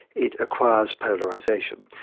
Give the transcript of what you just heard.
it acquires polarisation.